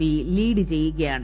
P lead ചെയ്യുകയാണ്